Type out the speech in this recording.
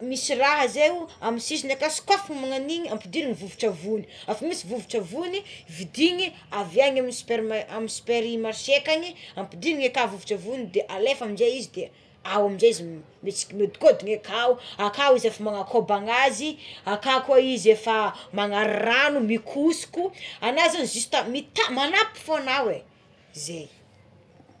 misy raha zay ao amigny sisigny aka sokafagna magnagno agnigny ampidirina ny vovo-tsavony avy misy vovotsavogny vidigny avy amign sup- amign'ny supermache akagny ampidirigny ka vovo-tsavony de alefa ndray izy de ao ndray izy mis miodikodina aka aka izy avy manakobana azy akao koa izy efa manary rano mikosoko agno zagny zista manapy fogna agnao é zey.